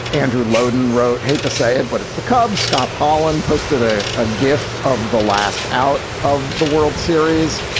andrew loden wrote, i hate to say it, but it's the cubs. scott hallen posted a ah gif of the last out of the world series.